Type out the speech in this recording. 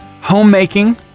homemaking